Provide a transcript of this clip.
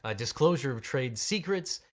ah disclosure of trade secrets,